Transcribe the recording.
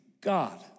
God